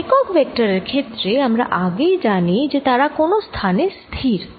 একক ভেক্টর এর ক্ষেত্রে আমরা আগেই জানি যে তারা কোন স্থানে স্থির